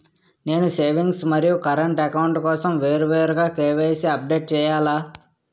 నేను సేవింగ్స్ మరియు current account కోసం వేరువేరుగా కే.వై.సీ అప్డేట్ చేయాలా?